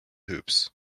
hoops